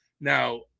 Now